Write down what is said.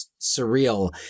surreal